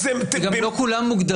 לא כולם מוגדרים.